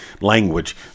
language